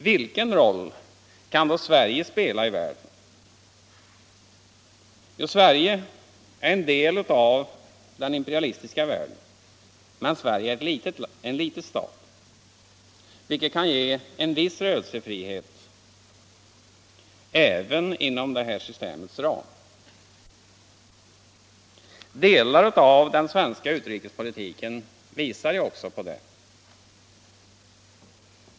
Vilken roll kan då Sverige spela i världen? Sverige är en del av den imperialistiska världen. Men Sverige är en liten stat. vilket kan ge en viss rörelsefrihet, även inom systemets ram. Delar av den svenska utrikespolitiken visar detta.